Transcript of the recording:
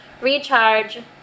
recharge